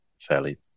fairly